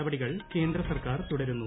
നടപടികൾ കേന്ദ്രസർക്കാർ തുടരുന്നു